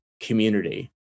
community